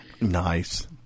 Nice